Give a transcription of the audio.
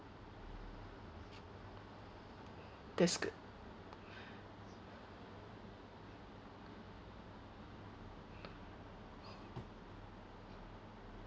that's good